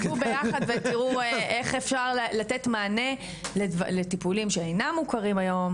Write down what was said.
אוקי אז תשבו ביחד ותראו איך אפשר לתת מענה לטיפולים שאינם מוכרים היום